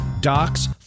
docs